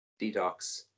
detox